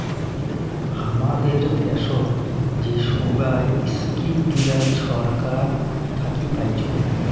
হামাদের দ্যাশোত যে সোগায় ইস্কিম গিলা ছরকার থাকি পাইচুঙ